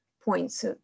points